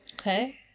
okay